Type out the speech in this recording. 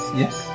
yes